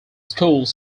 schools